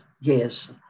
yes